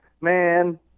Man